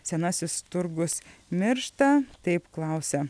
senasis turgus miršta taip klausia